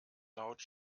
laut